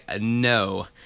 no